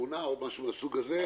למשל בתאונה או משהו מן הסוג הזה.